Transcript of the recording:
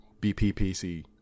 BPPC